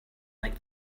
like